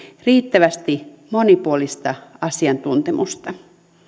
riittävästi monipuolista asiantuntemusta